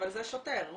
הוא שוטר,